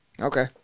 Okay